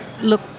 look